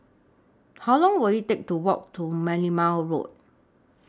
How Long Will IT Take to Walk to Merlimau Road